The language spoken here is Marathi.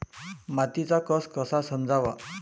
मातीचा कस कसा समजाव?